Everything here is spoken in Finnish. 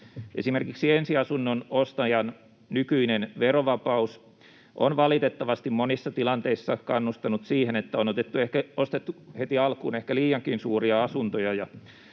Esimerkiksi ensiasunnon ostajan nykyinen verovapaus on valitettavasti monissa tilanteissa kannustanut siihen, että on ostettu heti alkuun ehkä liiankin suuria asuntoja,